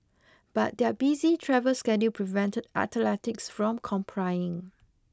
but their busy travel schedule prevented athletics from complying